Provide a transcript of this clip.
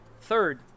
Third